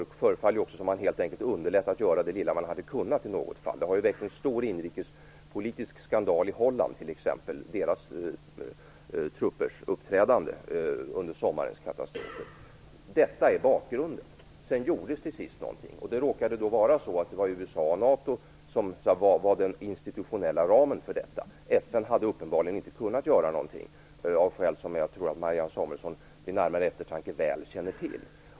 Det förfaller också i något fall som att man helt och hållet underlät det lilla som man hade kunnat göra. Det var t.ex. en utrikespolitisk skandal i Holland angående de holländska truppernas uppträdande under sommarens katastrofer. Detta är bakgrunden. Sedan gjordes till sist någonting, och det råkade vara USA och NATO som banade den institutionella vägen för detta. FN hade uppenbarligen inte kunnat göra någonting av skäl som jag tror att Marianne Samuelsson vid närmare eftertanke väl känner till.